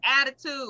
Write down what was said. Attitude